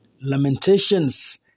lamentations